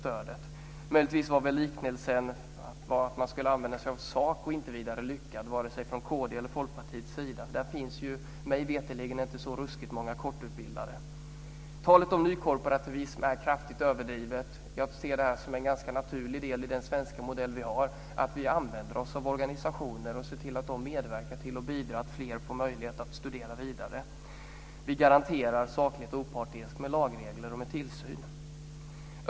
Möjligtvis var förslaget att man skulle använda sig av SACO inte vidare lyckat vare sig från kd:s eller Folkpartiets sida. Där finns mig veterligen inte så ruskigt många kortutbildade. Talet om nykooperativism är kraftigt överdrivet. Jag ser det som en ganska naturlig del i den svenska modell vi har att vi använder oss av organisationer och ser till att de medverkar till att fler får möjlighet att studera vidare. Vi garanterar saklighet och opartiskhet med lagregler och med tillsyn.